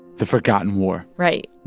the forgotten war right.